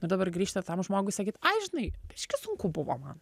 dabar grįžti ir tam žmogui sakyt ai žinai biškį sunku buvo man